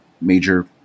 major